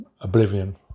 Oblivion